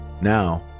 Now